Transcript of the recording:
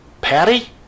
Patty